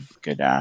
good